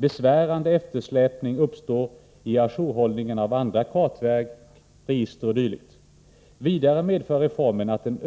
Besvärande eftersläpning uppstår i å jour-hållningen av andra kartverk, register o. d. Vidare medför reformen att en